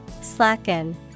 Slacken